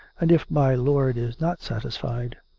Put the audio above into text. and if my lord is not satisfied,